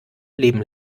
leben